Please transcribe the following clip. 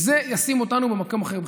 זה ישים אותנו במקום אחר בכלל.